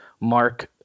Mark